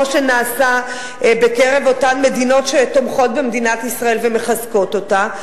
שנעשה בקרב אותן מדינות שתומכות במדינת ישראל ומחזקות אותה.